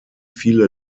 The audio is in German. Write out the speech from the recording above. viele